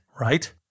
right